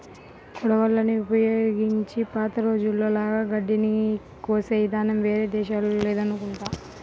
కొడవళ్ళని ఉపయోగించి పాత రోజుల్లో లాగా గడ్డిని కోసే ఇదానం వేరే దేశాల్లో లేదనుకుంటా